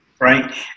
right